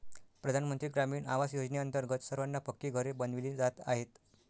प्रधानमंत्री ग्रामीण आवास योजनेअंतर्गत सर्वांना पक्की घरे बनविली जात आहेत